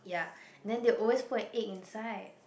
ya then they always put an egg inside